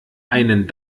einen